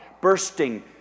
bursting